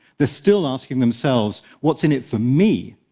they're still asking themselves what's in it for me.